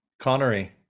Connery